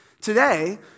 Today